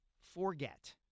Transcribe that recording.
forget